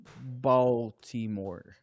Baltimore